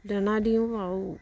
দানা দিওঁ আৰু